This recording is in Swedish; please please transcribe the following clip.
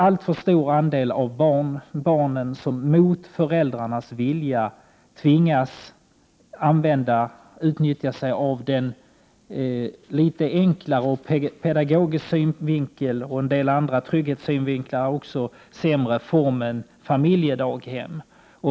Alltför stor andel av barnen tvingas mot föräldrarnas vilja till den något enklare och ur pedagogisk synvinkel — och också ur vissa andra trygghetssynvinklar — sämre formen familjedaghem.